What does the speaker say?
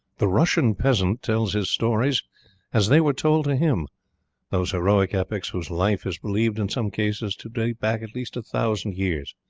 the russian peasant tells his stories as they were told to him those heroic epics whose life is believed, in some cases, to date back at least a thousand years.